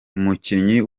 umukinnyi